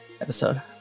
episode